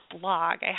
blog